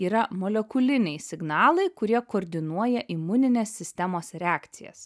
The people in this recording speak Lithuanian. yra molekuliniai signalai kurie koordinuoja imuninės sistemos reakcijas